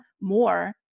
more